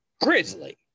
Grizzly